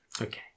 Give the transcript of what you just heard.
Okay